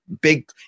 big